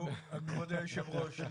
כבוד יושב הראש,